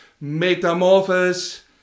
Metamorphosis